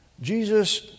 Jesus